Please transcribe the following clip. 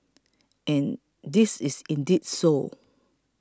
and it is indeed so